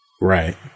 Right